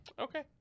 Okay